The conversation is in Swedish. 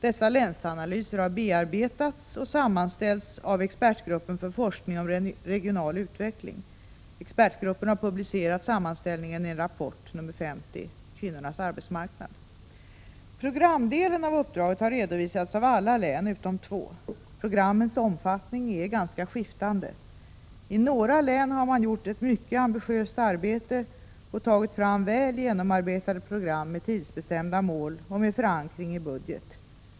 Dessa länsanalyser har bearbetats och sammanställts av expertgruppen för forskning om regional utveckling. Expertgruppen har publicerat sammanställningen i en rapport nr 50, Kvinnorna på arbetsmarknaden. Programdelen av uppdraget har redovisats av alla län utom två. Programmens omfattning är ganska skiftande. I några län har man gjort ett mycket ambitiöst arbete och tagit fram väl genomarbetade program med tidsbestämda mål och med förankring i budget.